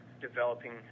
developing